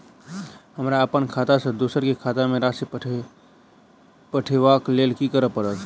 हमरा अप्पन खाता सँ दोसर केँ खाता मे राशि पठेवाक लेल की करऽ पड़त?